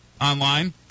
online